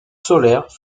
solaires